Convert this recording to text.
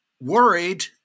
worried